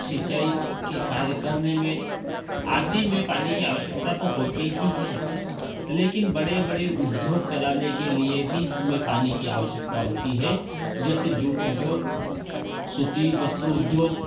सिंचाई के कार्य करने में आदि में पानी की आवश्कता तो होती ही है लेकिन बड़े बड़े उद्योग चलाने के लिए भी हमें पानी की आवश्कता होती है जैसे जूट उद्योग सूती वस्त्र उद्योग